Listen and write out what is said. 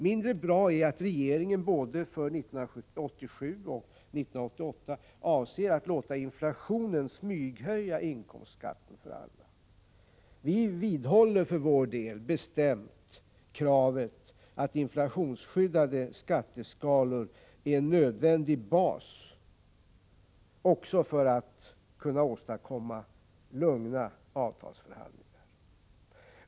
Mindre bra är att regeringen för både 1987 och 1988 avser att låta inflationen smyghöja inkomstskatten för alla. Centern vidhåller bestämt att inflationsskyddade skatteskalor är en nödvändig bas också för att vi skall kunna åstadkomma lugna avtalsförhandlingar.